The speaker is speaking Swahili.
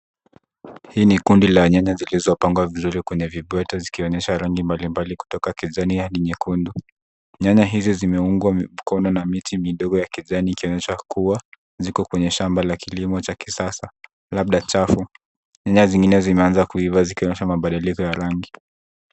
Hii ni kundi la nyanya zilizopangwa vizuri kwenye vibwete zikionyesha rangi mbalimbali kutoka kijani hadi nyekundu. Nyanya hizi zimeungwa mkono na miti midogo ya kijani kuonyesha kuwa ziko kwenye shamba la kilimo cha kisasa labda chafu. Nyanya zingine zimeanza kuiva zikionyesha mabadiliko ya rangi.